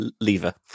lever